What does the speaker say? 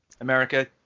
America